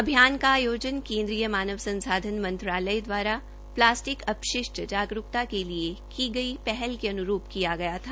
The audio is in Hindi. अभियान का आयोजन केन्द्रिय मानव संसाधन मंत्रालय दवारा प्लास्टिक अपशिष्ट जागरूकता के लिए की गई पहल के अन्रूप किया गया था